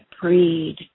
breed